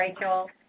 Rachel